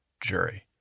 jury